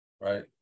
right